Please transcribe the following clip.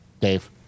Dave